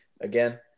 again